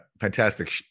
fantastic